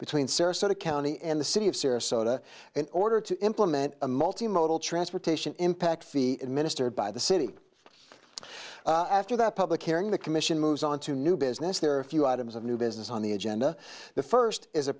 between sarasota county and the city of serious soda in order to implement a multi modal transportation impact fee administered by the city after that public airing the commission moves on to new business there are a few items of new business on the agenda the first is a